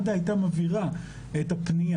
מד"א הייתה מעבירה את הפנייה